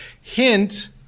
Hint